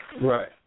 Right